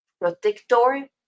protector